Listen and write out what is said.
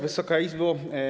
Wysoka Izbo!